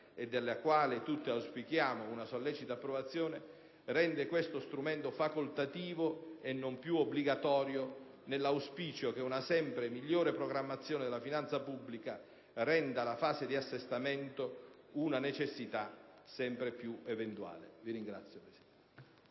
della quale tutti auspichiamo una sollecita approvazione, rende questo strumento facoltativo e non più obbligatorio, nell'auspicio che una sempre migliore programmazione della finanza pubblica renda la fase di assestamento una necessità sempre più eventuale.